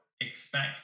expect